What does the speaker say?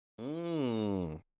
mmm